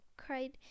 cried